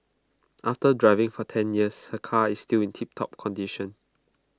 after driving for ten years her car is still in tiptop condition